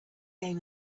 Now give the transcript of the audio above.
game